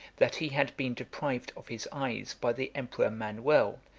that he had been deprived of his eyes by the emperor manuel,